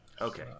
Okay